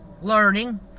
learning